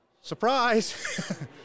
Surprise